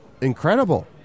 incredible